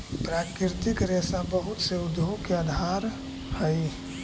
प्राकृतिक रेशा बहुत से उद्योग के आधार हई